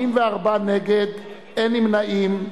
48, נגד, 57, אין נמנעים.